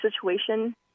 situation